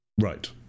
Right